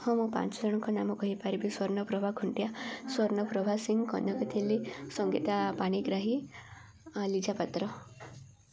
ହଁ ମୁଁ ପାଞ୍ଚ ଜଣଙ୍କ ନାମ କହିପାରିବି ସ୍ଵର୍ଣ୍ଣପ୍ରଭା ଖୁଣ୍ଟିଆ ସ୍ଵର୍ଣ୍ଣପ୍ରଭା ସିଂ କନକ ସଙ୍ଗୀତା ପାଣିଗ୍ରାହୀ ଲିଜା ପାତ୍ର